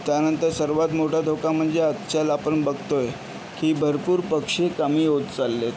त्यानंतर सर्वात मोठा धोका म्हणजे आजच्याला आपण बघतोय की भरपूर पक्षी कमी होत चाललेत